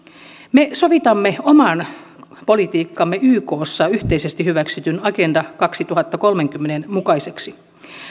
me sovitamme oman politiikkamme ykssa yhteisesti hyväksytyn agenda kaksituhattakolmekymmentän mukaiseksi